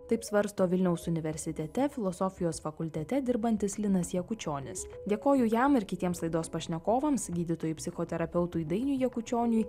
taip svarsto vilniaus universitete filosofijos fakultete dirbantis linas jakučionis dėkoju jam ir kitiems laidos pašnekovams gydytojui psichoterapeutui dainiui jakučioniui